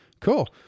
cool